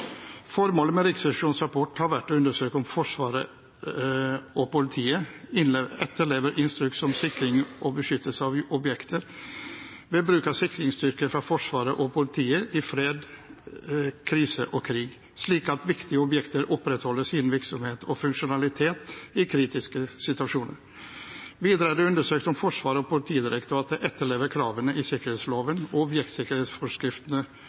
Formålet med Riksrevisjonens rapport har vært å undersøke om Forsvaret og politiet etterlever Instruks om sikring og beskyttelse av objekter ved bruk av sikringsstyrker fra Forsvaret og politiet i fred, krise og krig, slik at viktige objekter opprettholder sin virksomhet og funksjonalitet i kritiske situasjoner. Videre er det undersøkt om Forsvaret og Politidirektoratet etterlever kravene i sikkerhetsloven